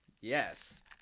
Yes